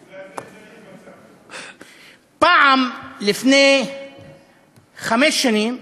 פעם, לפני חמש שנים,